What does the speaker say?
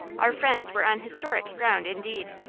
our friends were on historic ground, indeed,